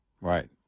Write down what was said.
right